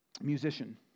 musician